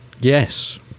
Yes